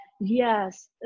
yes